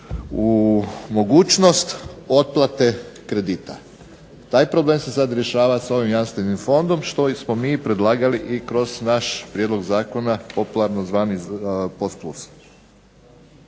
u mogućnost otplate kredita. Taj problem se sad rješava s ovim jamstvenim fondom, što smo mi predlagali i kroz naš prijedlog zakona, popularno zvan post plus.